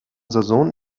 saison